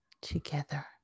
together